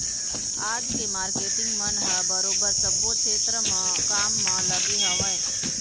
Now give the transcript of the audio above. आज के मारकेटिंग मन ह बरोबर सब्बो छेत्र म काम म लगे हवँय